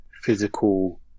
physical